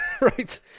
Right